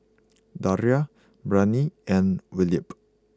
Daria Brianne and Wilbert